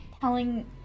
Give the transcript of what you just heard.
telling